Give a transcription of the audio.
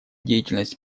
деятельность